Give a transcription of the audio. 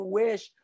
wish